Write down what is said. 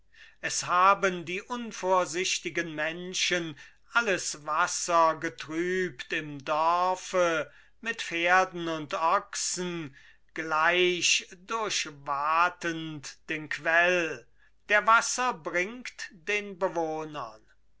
es haben die unvorsichtigen menschen alles wasser getrübt im dorfe mit pferden und ochsen gleich durchwatend den quell der wasser bringt den bewohnern